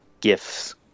gifts